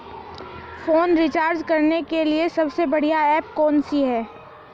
Phone recharge करने के लिए सबसे बढ़िया ऐप कौन सी है?